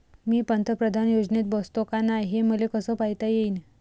मी पंतप्रधान योजनेत बसतो का नाय, हे मले कस पायता येईन?